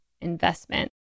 investment